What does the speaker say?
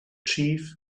chief